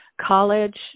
college